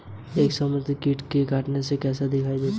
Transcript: एक संक्रमित कीट के काटने पर कैसा दिखता है?